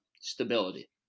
stability